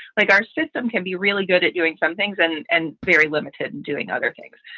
like our system can be really good at doing some things and and very limited and doing other things.